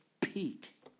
peak